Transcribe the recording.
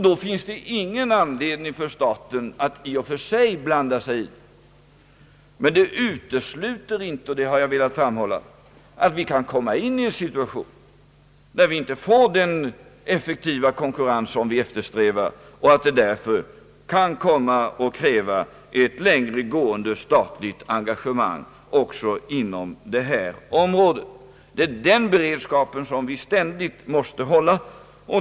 Då finns det ingen anledning för staten att i och för sig blanda sig i verksamheten. Det utesluter emellertid inte — och det har jag velat framhålla — att det kan uppstå en situation där vi inte får den effektiva konkurrens som vi eftersträvar och att det därför kan komma att krävas ett längre gående statligt engagemang också på detta område. Det är en sådan beredskap vi ständigt måste hålla.